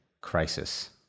crisis